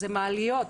מעליות.